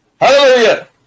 Hallelujah